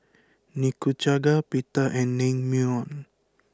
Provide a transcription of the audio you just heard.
Nikujaga Pita and Naengmyeon